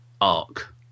arc